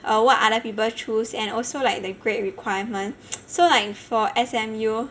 err what other people choose and also like the grade requirement so like for S_M_U